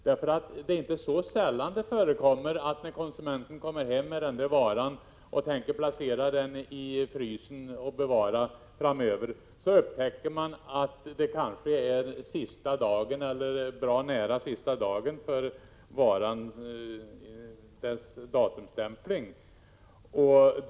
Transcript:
Det förekommer nämligen inte så sällan att konsumenten, när han eller hon kommer hem med den där varan och tänker placera den i frysen för att bevara den framöver, upptäcker att det kanske är sista förbrukningsdagen eller bra nära sista förbrukningsdagen enligt varans datumstämpling.